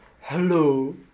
Hello